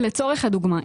לצורך הדוגמה,